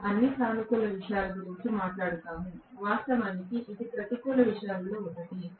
మనము అన్ని సానుకూల విషయాల గురించి మాట్లాడుతాము వాస్తవానికి ఇది ప్రతికూల విషయాలలో ఒకటి